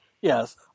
Yes